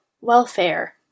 welfare